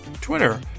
Twitter